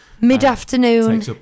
Mid-afternoon